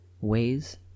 ways